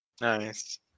Nice